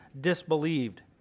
disbelieved